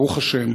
ברוך השם,